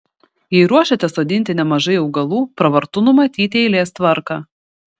jei ruošiatės sodinti nemažai augalų pravartu numatyti eilės tvarką